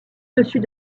dessus